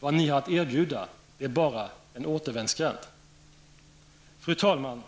Vad ni har att erbjuda är bara en återvändsgränd. Fru talman!